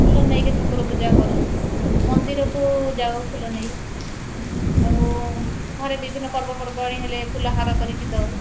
ଫୁଲ ନେଇକି ଠାକୁର ପୂଜା କରୁ ମନ୍ଦିରକୁ ଯାଉ ଫୁଲ ନେଇ ଆଉ ଘରେ ବିଭିନ୍ନ ପର୍ବପର୍ବାଣି ହେଲେ ଫୁଲହାର କରିକି ଦେଉ